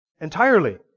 Entirely